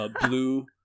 blue